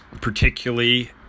Particularly